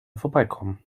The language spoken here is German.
vorbeikommen